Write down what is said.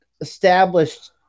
established